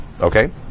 Okay